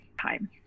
time